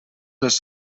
les